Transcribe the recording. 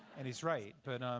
and he's right. but